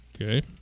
Okay